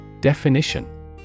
Definition